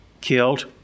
killed